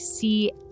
see